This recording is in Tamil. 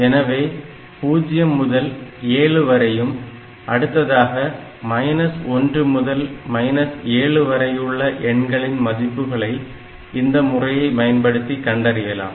எனவே 0 முதல் 7 வரையும் அடுத்ததாக 1 முதல் 7 வரையுள்ள எண்களின் மதிப்புகளை இந்த முறையை பயன்படுத்தி கண்டறியலாம்